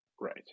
Right